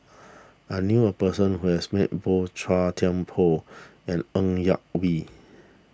I knew a person who has met both Chua Thian Poh and Ng Yak Whee